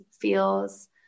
feels